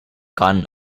gotten